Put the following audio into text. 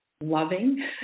loving